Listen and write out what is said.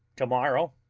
to-morrow